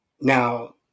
Now